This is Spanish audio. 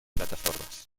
plataformas